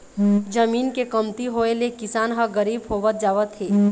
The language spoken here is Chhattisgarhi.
जमीन के कमती होए ले किसान ह गरीब होवत जावत हे